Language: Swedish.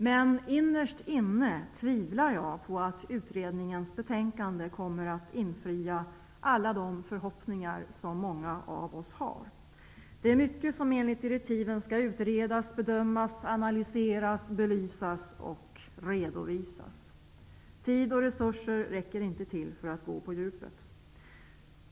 Men innerst inne tvivlar jag på att utredningens betänkande kommer att infria alla de förhoppningar som många av oss har. Det är mycket som enligt direktiven skall utredas, bedömas, analyseras, belysas och redovisas. Tid och resurser räcker inte till för att gå på djupet.